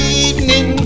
evening